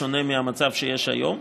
בשונה מהמצב שיש היום.